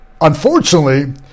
unfortunately